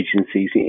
agencies